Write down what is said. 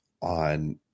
on